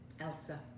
Elsa